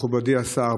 מכובדי השר,